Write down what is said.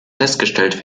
festgestellt